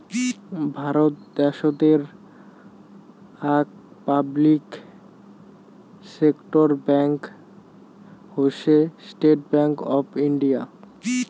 ভারত দ্যাশোতের আক public sector bank হসে স্টেট্ ব্যাঙ্ক অফ ইন্ডিয়া